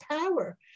power